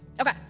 Okay